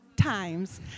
times